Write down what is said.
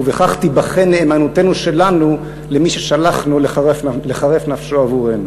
ובכך תיבחן נאמנותנו שלנו למי ששלחנו לחרף נפשו עבורנו.